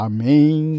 Amen